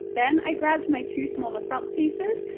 then i grabbed my two smaller front pieces.